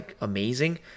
amazing